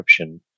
encryption